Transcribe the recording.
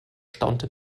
staunte